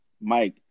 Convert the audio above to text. Mike